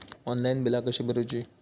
Online बिला कशी भरूची?